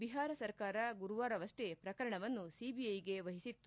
ಬಿಹಾರ ಸರ್ಕಾರ ಗುರುವಾರವಷ್ಟೇ ಪ್ರಕರಣವನ್ನು ಸಿಬಿಐಗೆ ವಹಿಸಿತ್ತು